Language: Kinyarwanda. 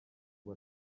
ubu